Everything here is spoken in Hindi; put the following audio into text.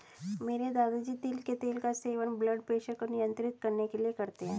मेरे दादाजी तिल के तेल का सेवन ब्लड प्रेशर को नियंत्रित करने के लिए करते हैं